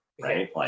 right